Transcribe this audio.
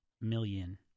million